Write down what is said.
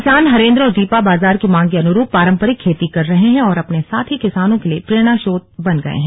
किसान हरेंद्र और दीपा बाजार की मांग के अनुरूप पारंपरिक खेती कर रहे हैं और अपने साथी किसानों के लिए प्रेरणास्रोत बन गये हैं